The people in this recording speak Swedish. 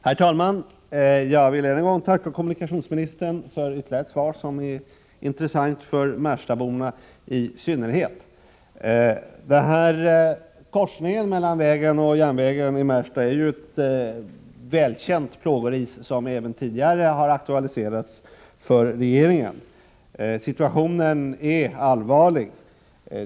Herr talman! Jag vill än en gång tacka kommunikationsministern för ytterligare ett svar som är intressant i synnerhet för Märstaborna. Korsningen mellan vägen och järnvägen är ett välkänt plågoris, som även tidigare har aktualiserats för regeringen. Situationen är allvarlig.